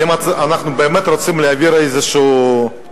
אם אנחנו באמת רוצים להעביר איזה חוק